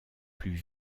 plus